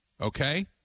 okay